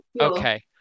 Okay